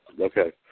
Okay